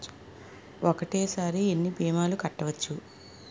ఒక్కటేసరి ఎన్ని భీమాలు కట్టవచ్చు?